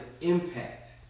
impact